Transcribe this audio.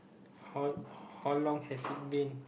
how how long has it been